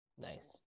Nice